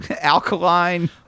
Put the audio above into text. alkaline